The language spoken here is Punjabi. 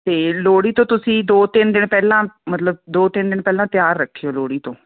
ਅਤੇ ਲੋਹੜੀ ਤੋਂ ਤੁਸੀਂ ਦੋ ਤਿੰਨ ਦਿਨ ਪਹਿਲਾਂ ਮਤਲਬ ਦੋ ਤਿੰਨ ਦਿਨ ਪਹਿਲਾਂ ਤਿਆਰ ਰੱਖਿਓ ਲੋਹੜੀ ਤੋਂ